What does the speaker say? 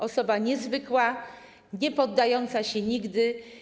Osoba niezwykła, niepoddająca się nigdy.